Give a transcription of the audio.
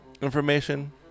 information